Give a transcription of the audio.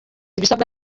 ibisabwa